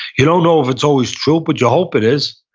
you don't know if it's always true, but you hope it is.